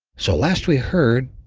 so last we heard,